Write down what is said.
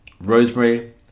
rosemary